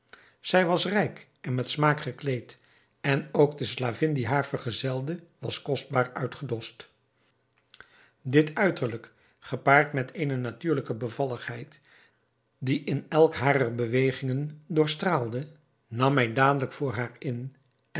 zij was rijk en met smaak gekleed en ook de slavin die haar vergezelde was kostbaar uitgedost dit uiterlijk gepaard met eene natuurlijke bevalligheid die in elke harer bewegingen doorstraalde nam mij dadelijk voor haar in